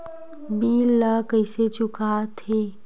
bill ला कइसे चुका थे